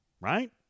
Right